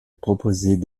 proposait